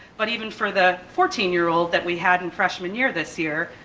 but even for the fourteen year old that we had in freshman year this year,